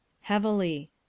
Heavily